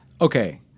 Okay